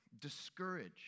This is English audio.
discouraged